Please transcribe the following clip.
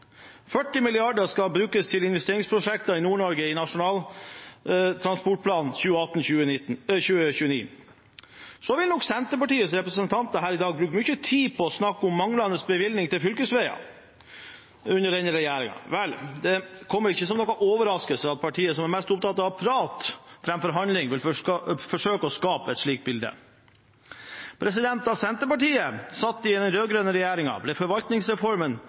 40 mrd. kr skal brukes til investeringsprosjekter i Nord-Norge i Nasjonal transportplan 2018–2029. Senterpartiets representanter her i dag vil nok bruke mye tid på å snakke om manglende bevilgninger til fylkesveier under denne regjeringen. Vel, det kommer ikke som noen overraskelse at partiet som er mer opptatt av prat enn av handling, vil forsøke å skape et slikt bilde. Da Senterpartiet satt i den rød-grønne regjeringen, ble forvaltningsreformen